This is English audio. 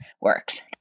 works